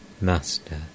Master